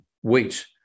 wheat